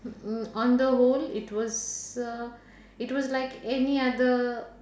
mm on the whole it was uh it was like any other